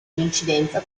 coincidenza